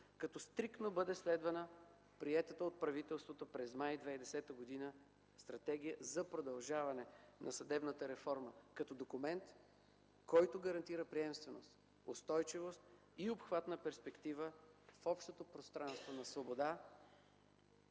като стриктно бъде следвана приетата от правителството през май 2010 г. Стратегия за продължаване на съдебната реформа като документ, който гарантира приемственост, устойчивост и обхват на перспектива в общото пространство на свобода,